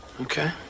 Okay